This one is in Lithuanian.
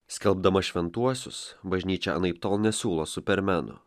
skelbdama šventuosius bažnyčia anaiptol nesiūlo supermenų